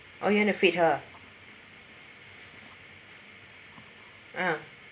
oh you want to feed her uh